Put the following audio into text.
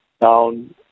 down